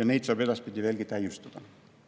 ja neid saab edaspidi veelgi täiustada.